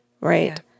right